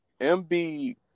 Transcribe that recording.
MB